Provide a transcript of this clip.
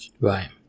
right